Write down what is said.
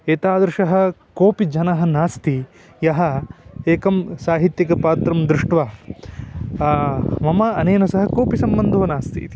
एतादृशः कोपि जनः नास्ति यः एकं साहित्यिकपात्रं दृष्ट्वा मम अनेन सह कोपि सम्बन्धो नास्ति इति